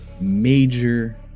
major